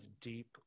deep